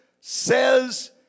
says